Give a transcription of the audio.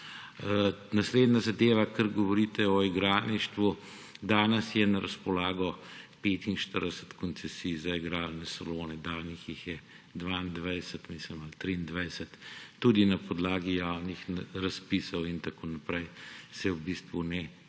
Naslednja zadeva, kar govorite o igralništvu. Danes je na razpolago 45 koncesij za igralne salone, danih jih je 22 ali 23. Tudi na podlagi javnih razpisov in tako naprej se v bistvu ne